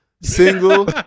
single